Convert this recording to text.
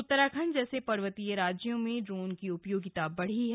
उत्तराखण्ड जैसे पर्वतीय राज्यों में ड्रोन की उपयोगिता बढ़ी है